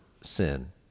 sin